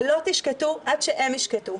ולא תשקטו עד שהם ישקטו,